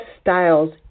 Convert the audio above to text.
Styles